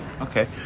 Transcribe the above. Okay